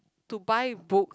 to buy books